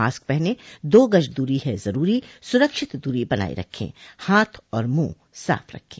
mask पहनें दो गज़ दूरी है ज़रूरी सुरक्षित दूरी बनाए रखें हाथ और मुंह साफ़ रखें